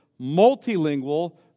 multilingual